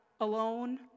alone